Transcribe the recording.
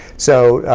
so,